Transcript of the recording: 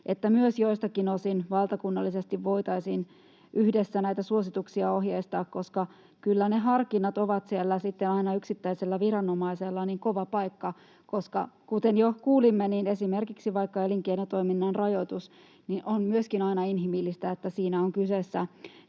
että joiltakin osin myös valtakunnallisesti voitaisiin yhdessä näitä suosituksia ohjeistaa, koska kyllä ne harkinnat ovat siellä yksittäisellä viranomaisella aina sitten kova paikka. Kuten jo kuulimme, esimerkiksi vaikka elinkeinotoiminnan rajoitus on aina myöskin inhimillistä. Siinä on kyseessä